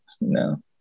No